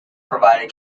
provided